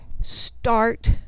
start